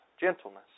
gentleness